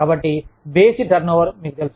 కాబట్టి basic turnover మీకు తెలుసు